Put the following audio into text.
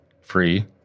free